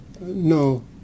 No